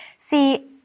See